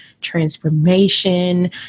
transformation